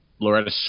Loretta